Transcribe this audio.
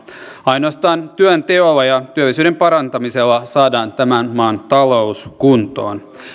ainoastaan työnteolla ja työllisyyden parantamisella saadaan tämän maan talous kuntoon